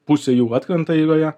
pusė jų atkrenta eigoje